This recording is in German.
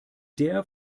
der